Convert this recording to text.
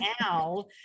now